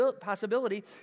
possibility